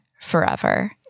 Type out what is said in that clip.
forever